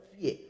fear